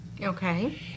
Okay